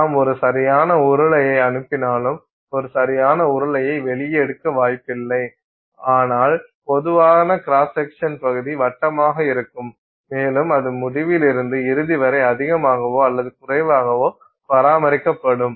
நாம் ஒரு சரியான உருளையை அனுப்பினாலும் ஒரு சரியான உருளையை வெளியே எடுக்க வாய்ப்பில்லை ஆனால் பொதுவான கிராஸ் செக்சன் பகுதி வட்டமாக இருக்கும் மேலும் அது முடிவிலிருந்து இறுதி வரை அதிகமாகவோ அல்லது குறைவாகவோ பராமரிக்கப்படும்